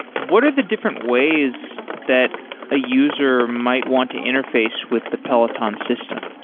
what are the different ways that a user might want to interface with the peloton system?